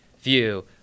view